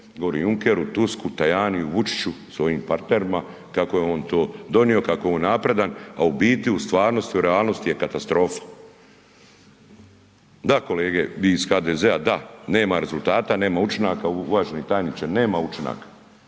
gori Junkeru, Tusku, Tajaniju, Vučiću, svojim partnerima kako je on to donio, kako je on napredan, a u biti, u stvarnosti, u realnosti je katastrofa. Da kolege vi iz HDZ-a da, nema rezultata, nema učinaka, uvaženi tajniče nema učinaka,